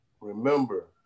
remember